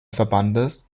verbandes